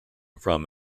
from